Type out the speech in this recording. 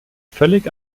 völlig